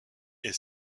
est